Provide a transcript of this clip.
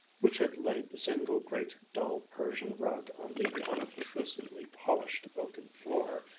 which had laid the single great dull persian rug on the unobtrusively polished oaken floor,